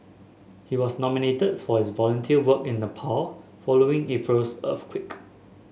he was nominated for his volunteer work in Nepal following April's earthquake